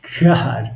God